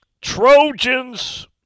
Trojans